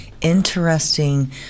Interesting